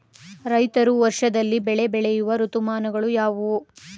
ರೈತರು ವರ್ಷದಲ್ಲಿ ಬೆಳೆ ಬೆಳೆಯುವ ಋತುಮಾನಗಳು ಯಾವುವು?